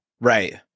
right